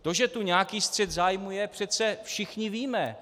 To, že tu nějaký střet zájmů je, přece všichni víme.